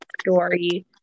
story